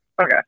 Okay